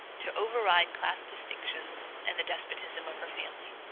to override class distinctions and the despotism of her family.